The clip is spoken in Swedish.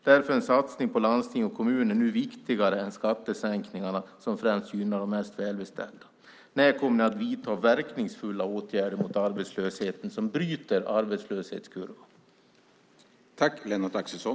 Därför är en satsning på landsting och kommuner nu viktigare än skattesänkningarna, som främst gynnar de mest välbeställda. När kommer ni att vidta verkningsfulla åtgärder mot arbetslösheten som bryter arbetslöshetskurvan?